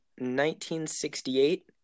1968